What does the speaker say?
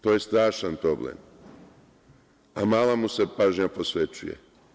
To je strašan problem, a mala mu se pažnja posvećuje.